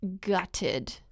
gutted